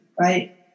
right